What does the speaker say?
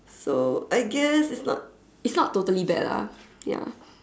so I guess it's not it's not totally bad lah ya